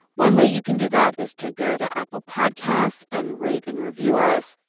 one way you can do that is to go to apple podcasts and rate and review us.